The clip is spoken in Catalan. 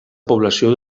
població